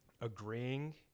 agreeing